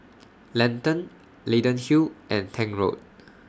Lentor Leyden Hill and Tank Road